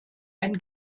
ein